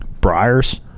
Briars